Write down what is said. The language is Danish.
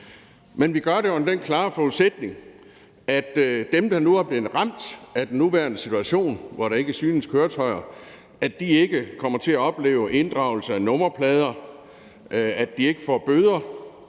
Men vi gør det under den klare forudsætning, at dem, der nu er blevet ramt af den nuværende situation, hvor der ikke synes køretøjer, ikke kommer til at opleve inddragelse af nummerplader og ikke får bøder.